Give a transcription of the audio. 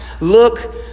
Look